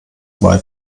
zwei